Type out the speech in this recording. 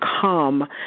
come